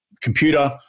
computer